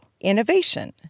Innovation